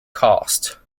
cost